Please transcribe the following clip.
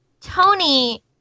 tony